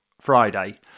Friday